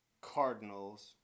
Cardinals